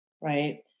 right